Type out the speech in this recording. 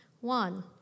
One